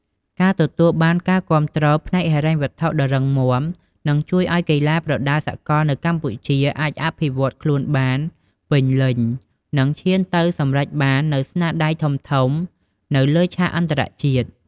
ការទទួលបានការគាំទ្រផ្នែកហិរញ្ញវត្ថុដ៏រឹងមាំ នឹងជួយឲ្យកីឡាប្រដាល់សកលនៅកម្ពុជាអាចអភិវឌ្ឍខ្លួនបានពេញលេញ និងឈានទៅសម្រេចបាននូវស្នាដៃធំៗនៅលើឆាកអន្តរជាតិ។